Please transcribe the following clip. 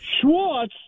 Schwartz